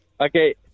Okay